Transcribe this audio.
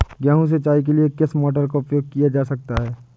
गेहूँ सिंचाई के लिए किस मोटर का उपयोग किया जा सकता है?